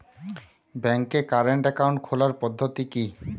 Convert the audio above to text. ব্যাংকে current account খোলার পদ্ধতি কি?